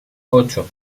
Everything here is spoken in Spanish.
ocho